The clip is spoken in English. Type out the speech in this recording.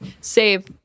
save